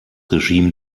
regime